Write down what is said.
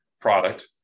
product